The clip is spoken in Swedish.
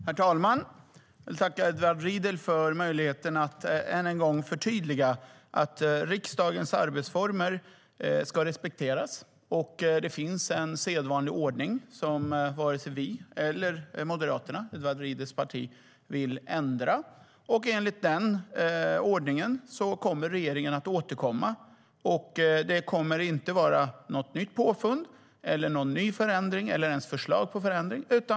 Herr talman! Jag vill tacka Edward Riedl för möjligheten att än en gång förtydliga att riksdagens arbetsformer ska respekteras. Det finns en sedvanlig ordning som varken vi eller Moderaterna, Edward Riedls parti, vill ändra. Enligt den ordningen kommer regeringen att återkomma. Det kommer inte att vara något nytt påfund eller någon ny förändring eller ens något förslag om förändring.